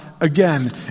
again